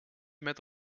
met